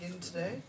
today